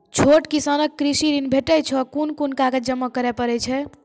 छोट किसानक कृषि ॠण भेटै छै? कून कून कागज जमा करे पड़े छै?